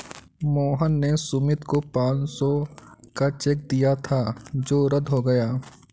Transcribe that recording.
मोहन ने सुमित को पाँच सौ का चेक दिया था जो रद्द हो गया